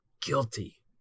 guilty